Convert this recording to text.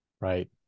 right